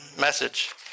message